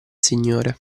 signore